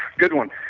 good one.